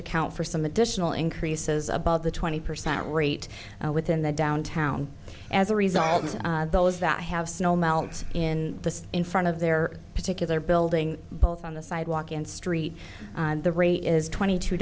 account for some additional increases above the twenty percent rate within the downtown as a result of those that have snow melts in the in front of their particular building both on the sidewalk and street the re is twenty two